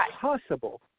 possible